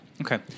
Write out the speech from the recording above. Okay